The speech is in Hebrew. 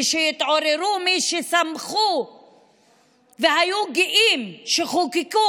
ושיתעוררו מי ששמחו והיו גאים שחוקקו